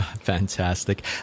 Fantastic